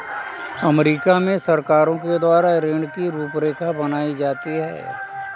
अमरीका में सरकारों के द्वारा ऋण की रूपरेखा बनाई जाती है